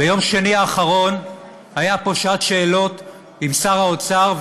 ביום שני האחרון הייתה פה שעת שאלות עם שר האוצר,